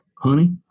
Honey